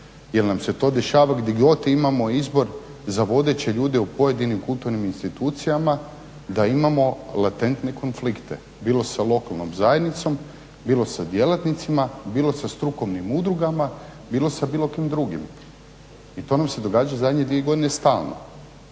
jer nam se to dešava gdje god imamo izbor za vodeće ljude u pojedinim kulturnim institucijama da imamo latentne konflikte bilo sa lokalnom zajednicom, bilo sa djelatnicima, bilo sa strukovnim udrugama, bilo sa bilo kim drugim i to nam se događa zadnje dvije godine stalno.